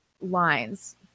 lines